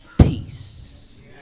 peace